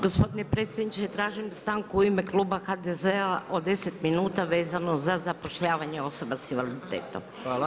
Gospodine predsjedniče, tražim stanku u ime kluba HDZ-a od 10 minuta vezano za zapošljavanje osoba s invaliditetom.